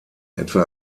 etwa